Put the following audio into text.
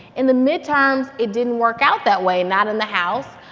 in the midterms, it didn't work out that way not in the house.